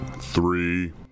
three